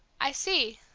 i see,